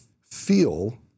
feel